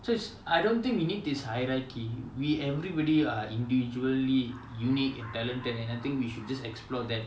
so it's I don't think we need this hierarchy we everybody are individually unique and talented and and I think we should just explore that